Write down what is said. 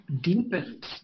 deepens